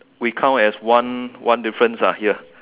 we count as one one difference ah here